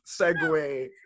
segue